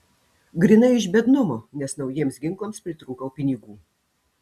grynai iš biednumo nes naujiems ginklams pritrūkau pinigų